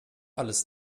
alles